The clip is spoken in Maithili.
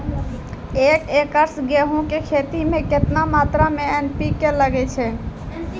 एक एकरऽ गेहूँ के खेती मे केतना मात्रा मे एन.पी.के लगे छै?